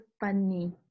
funny